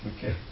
Okay